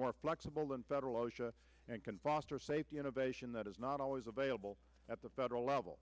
more flexible than federal osha and can foster safety innovation that is not always available at the federal level